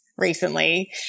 Recently